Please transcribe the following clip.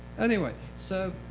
anyway, so